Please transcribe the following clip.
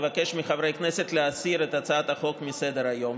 אבקש מחברי הכנסת להסיר את הצעת החוק מסדר-היום.